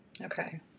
Okay